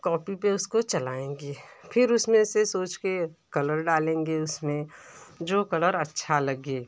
copy पे उसको चलाएँगे फिर उसमें से सोच के कलर डालेंगे उसमें जो कलर अच्छा लगे